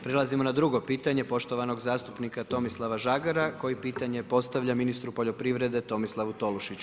Prelazimo na drugo pitanje, poštovanog zastupnika Tomislava Žagara, koji pitanje postavlja ministru poljoprivrede Tomislavu Tolušiću.